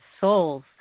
souls